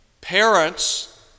Parents